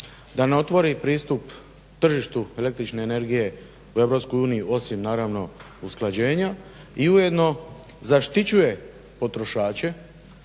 da ne otvori pristup tržištu električne energije u EU osim naravno usklađenja i ujedno zaštićuje potrošače